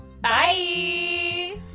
bye